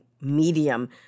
medium